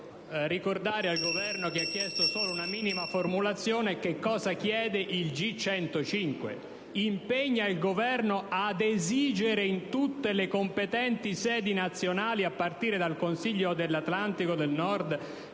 ricordare al Governo, che ha chiesto solo una minima riformulazione, che cosa chiede l'ordine del giorno G105: esso impegna il Governo «ad esigere in tutte le competenti sedi internazionali, a partire dal Consiglio dell'Atlantico del Nord,